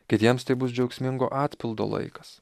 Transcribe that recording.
kitiems tai bus džiaugsmingo atpildo laikas